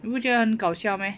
你不觉得很搞笑 meh